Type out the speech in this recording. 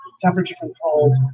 temperature-controlled